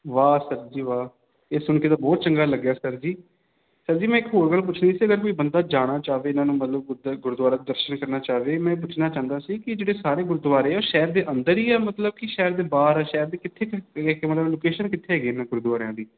ਵਾਹ ਸਰ ਜੀ ਵਾਹ ਇਹ ਸੁਣ ਕੇ ਤਾਂ ਬਹੁਤ ਚੰਗਾ ਲੱਗਿਆ ਸਰ ਜੀ ਸਰ ਜੀ ਮੈਂ ਇੱਕ ਹੋਰ ਗੱਲ ਪੁੱਛਣੀ ਸੀ ਅਗਰ ਕੋਈ ਬੰਦਾ ਜਾਣਾ ਚਾਹਵੇ ਇਹਨਾਂ ਨੂੰ ਮਤਲਬ ਗੁਰਦੁ ਗੁਰਦੁਆਰਾ ਦੇ ਦਰਸ਼ਨ ਕਰਨਾ ਚਾਹਵੇ ਮੈਂ ਪੁੱਛਣਾ ਚਾਹੁੰਦਾ ਸੀ ਕਿ ਜਿਹੜੇ ਸਾਰੇ ਗੁਰਦੁਆਰੇ ਆ ਉਹ ਸ਼ਹਿਰ ਦੇ ਅੰਦਰ ਹੀ ਆ ਮਤਲਬ ਕਿ ਸ਼ਹਿਰ ਦੇ ਬਾਹਰ ਸ਼ਹਿਰ ਦੇ ਕਿੱਥੇ ਕ ਮਤਲਬ ਲੋਕੇਸ਼ਨ ਕਿੱਥੇ ਹੈਗੀ ਇਹਨਾਂ ਗੁਰਦੁਆਰਿਆਂ ਦੀ